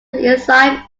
enzyme